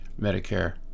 Medicare